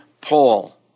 Paul